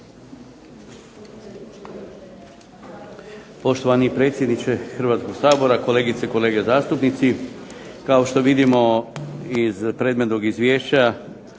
Poštovani predsjedniče Hrvatskog sabora, kolegice i kolege zastupnici. Kao što vidimo iz predmetnog Izvješća